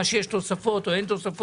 אם יש תוספות או אין תוספות,